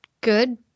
good